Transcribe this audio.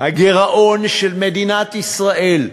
הגירעון של מדינת ישראל,